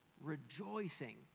rejoicing